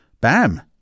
bam